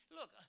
Look